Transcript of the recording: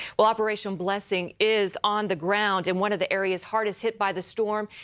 well, operation blessing is on the ground in one of the areas hardest hit by the storm.